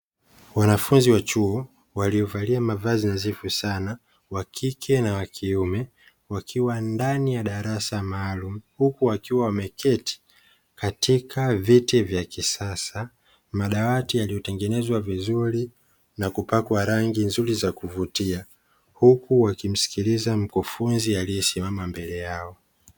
Wanafunzi wa chuo waliovalia mavazi nadhifu sana, wa kike na wa kiume, wakiwa ndani ya darasa maalumu huku wakiwa wameketi katika viti vya kisasa, madawati yaliyotengenezwa vizuri na kupakwa rangi nzuri za kuvutia, huku wakimsikiliza mkufunzi aliyesimama mbele yao.